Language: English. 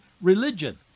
religion